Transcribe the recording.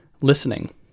listening